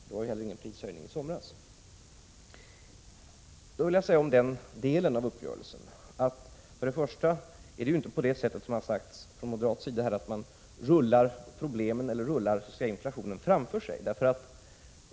Det blev ju inte någon prishöjning i somras heller. Om denna del av uppgörelsen vill jag först och främst säga att det inte är på det sätt som har sagts från moderat sida, att man skjuter inflationen framför sig.